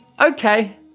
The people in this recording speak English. Okay